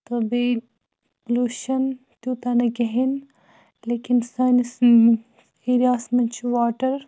تہٕ بیٚیہِ پُلوٗشَن تیوٗتاہ نہٕ کِہیٖنۍ لیکِن سٲنِس ایریاہَس منٛز چھِ واٹَر